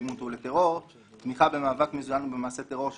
לאלימות ולטרור; תמיכה במאבק מזוין או במעשה טרור,